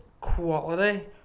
quality